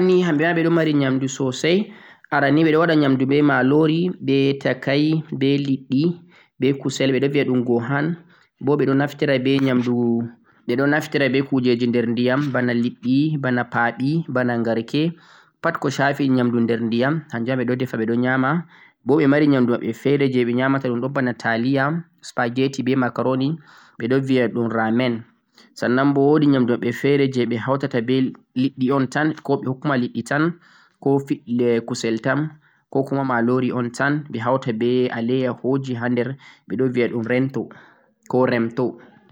leddi Japan ni hamɓe ma ɓe ɗon mari nyamdu sosai, aran ni ɓe ɗon waɗa nyamdu be malori, be takai, be liɗɗi be kusel ɓe ɗon viya ɗum go'han bo ɓe ɗon naftira be nyamdu, ɓe ɗon naftira be kujeji nder ndiyam bana liɗɗi, bana pa'ɓi, bana ngarke, pat ko sha'fi nyamdu nder ndiyam hanjum ma ɓe ɗon defa ɓe ɗon nyama, bo ɓe ɗo mari nyamdu maɓɓe fe're je ɓe nyama ta ɗum ɗon bana taliya, supperggetti be macaroni, ɓe ɗo viya ɗum ramen, sannanbo wo'di nyamdu maɓɓe fe're je ɓe hauta tata be liɗɗi un tan, kokuma liɗɗi tan ko kusel tan kokuma malori un tan ,ɓe hauta be alayyahoji ha nder ɓe ɗon viya ɗum rento ko remto.